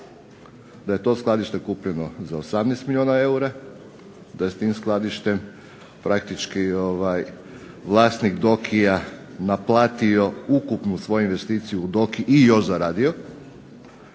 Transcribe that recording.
da je to skladište kupljeno za 18 milijuna eura, da je s tim skladištem praktički vlasnik Diokija naplatio ukupnu svoju investiciju u Dioki i još zaradio.